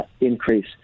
increase